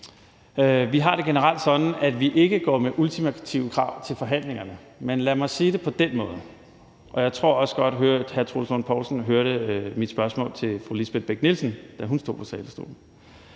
Vi har det generelt sådan, at vi ikke går ind til forhandlinger med ultimative krav. Men lad mig sige det på den måde, og jeg tror også godt, at hr. Troels Lund Poulsen hørte mit spørgsmål til fru Lisbeth Bech-Nielsen, da hun stod på talerstolen,